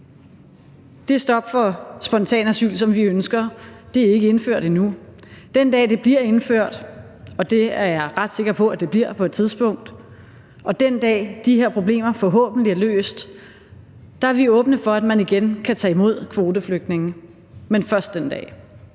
Det stop for spontanasyl, som vi ønsker, er ikke indført endnu. Den dag, det bliver indført, og det er jeg ret sikker på at det bliver på et tidspunkt, og den dag, de her problemer forhåbentlig er løst, så er vi åbne for, at man igen kan tage imod kvoteflygtninge. Men først den dag.